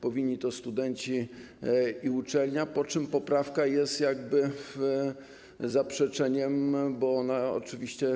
Powinni studenci i uczelnia, przy czym poprawka jest jakby zaprzeczeniem, bo ona oczywiście.